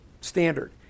standard